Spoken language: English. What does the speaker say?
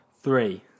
Three